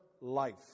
life